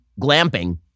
glamping